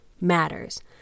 matters